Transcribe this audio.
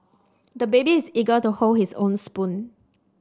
the baby is eager to hold his own spoon